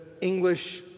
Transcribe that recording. English